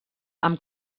amb